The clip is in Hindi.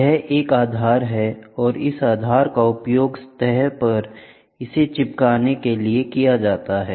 यह एक आधार है और इस आधार का उपयोग सतह पर इसे चिपकाने के लिए किया जाता है